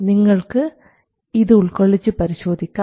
നിങ്ങൾക്ക് ഇത് ഉൾക്കൊള്ളിച്ച് പരിശോധിക്കാം